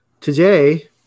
Today